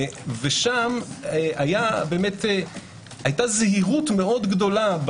היתה שם זהירות מאוד גדולה,